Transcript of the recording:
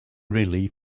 relief